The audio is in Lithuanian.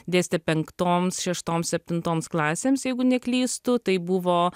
dėstė penktoms šeštoms septintoms klasėms jeigu neklystu tai buvo